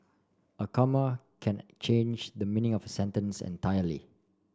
a comma can change the meaning of a sentence entirely